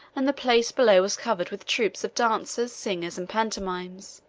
and the place below was covered with troops of dancers, singers, and pantomimes.